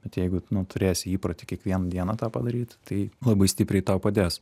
bet jeigu nu turėsi įprotį kiekvieną dieną tą padaryt tai labai stipriai tau padės